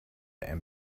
and